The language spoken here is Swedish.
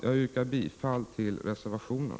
Jag yrkar bifall till reservationen.